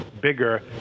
bigger